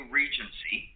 regency